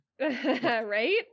Right